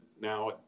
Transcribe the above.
now